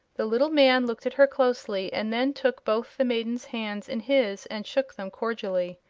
the little man looked at her closely and then took both the maiden's hands in his and shook them cordially.